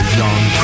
young